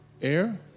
Air